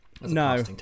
No